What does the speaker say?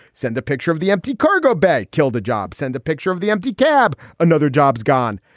send a picture of the empty cargo bay. killed a job. send a picture of the empty cab. another jobs gone.